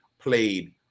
played